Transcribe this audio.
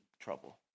trouble